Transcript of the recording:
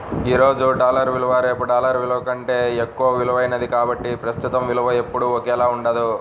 ఈ రోజు డాలర్ విలువ రేపు డాలర్ కంటే ఎక్కువ విలువైనది కాబట్టి ప్రస్తుత విలువ ఎప్పుడూ ఒకేలా ఉండదు